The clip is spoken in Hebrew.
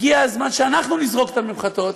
הגיע הזמן שאנחנו נזרוק את הממחטות,